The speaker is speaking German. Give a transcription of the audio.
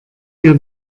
ihr